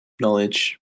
knowledge